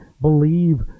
believe